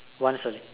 wiser